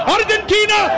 Argentina